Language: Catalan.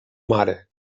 mare